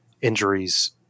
injuries